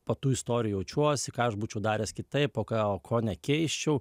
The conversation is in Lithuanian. po tų istorijų jaučiuosi ką aš būčiau daręs kitaip o ko nekeisčiau